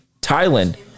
Thailand